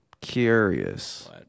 curious